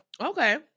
Okay